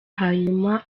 hanyuma